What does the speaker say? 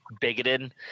bigoted